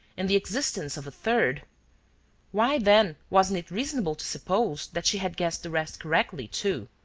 and the existence of a third why, then, wasn't it reasonable to suppose that she had guessed the rest correctly, too?